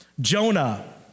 Jonah